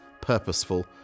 purposeful